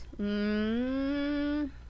Mmm